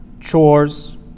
chores